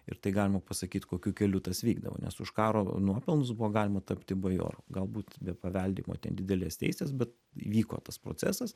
ir tai galima pasakyt kokiu keliu tas vykdavo nes už karo nuopelnus buvo galima tapti bajoru galbūt be paveldėjimo ten didelės teisės bet vyko tas procesas